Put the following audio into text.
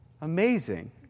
Amazing